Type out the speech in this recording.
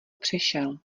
přešel